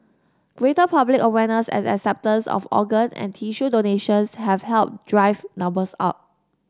greater public awareness and acceptance of organ and tissue donations have helped drive numbers up